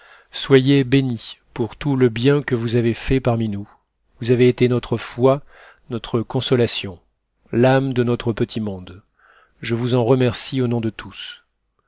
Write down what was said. soyez bénie pour tout le bien que vous avez fait parmi nous vous avez été notre foi notre consolation l'âme de notre petit monde je vous en remercie au nom de tous